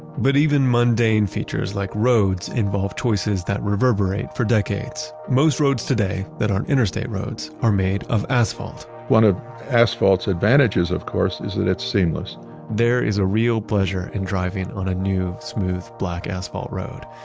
but even mundane features like roads involve choices that reverberate for decades. most roads today that aren't interstate roads are made of asphalt one of asphalt's advantages, of course, is that it's seamless there is a real pleasure in driving on a new smooth black asphalt road.